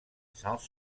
sans